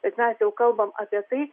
bet mes jau kalbam apie tai